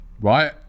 right